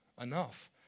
enough